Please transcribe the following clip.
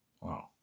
Wow